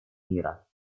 мира